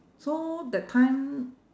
so that time